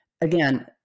Again